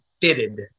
fitted